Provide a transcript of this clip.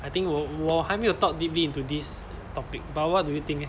I think 我我还没有 thought deeply into this topic but what do you think eh